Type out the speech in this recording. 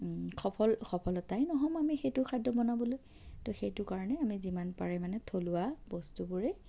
সফল সফলতাই ন'হম আমি সেইটো খাদ্য বনাবলৈ ত' সেইটো কাৰণে আমি যিমান পাৰে মানে থলুৱা বস্তুবোৰেই